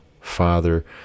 father